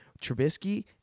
Trubisky